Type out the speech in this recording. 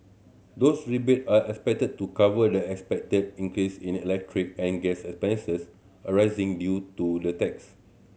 those rebate are expected to cover the expected increase in electric and gas expenses arising due to the tax